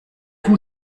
coup